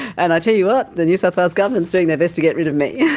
and i tell you what, the new south wales government is doing their best to get rid of me! yeah